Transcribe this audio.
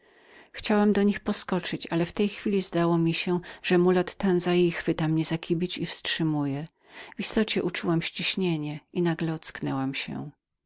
chciałam do nich poskoczyć ale w tej chwili zdało mi się że mulat tantza chwytał mnie za kibić i wstrzymywał w istocie uczułam mocne ściśnienie i nagle ocknęłam się